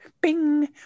bing